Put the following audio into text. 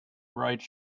write